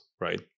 right